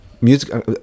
music